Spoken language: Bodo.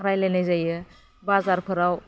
रायलायनाय जायो बाजारफोराव